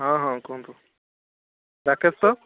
ହଁ ହଁ କୁହନ୍ତୁ ରାକେଶ ତ